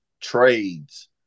trades